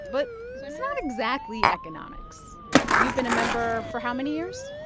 but so it's not exactly economics you've been a member for how many years?